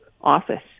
office